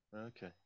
Okay